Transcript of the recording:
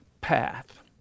path